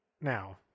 now